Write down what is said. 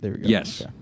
Yes